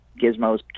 gizmos